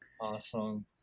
Awesome